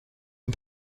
این